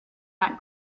not